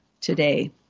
today